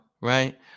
right